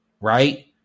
right